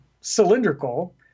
cylindrical